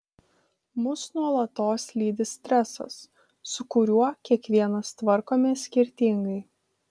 mus nuolatos lydi stresas su kuriuo kiekvienas tvarkomės skirtingai